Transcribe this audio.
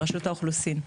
רשות האוכלוסין.